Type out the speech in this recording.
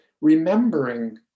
remembering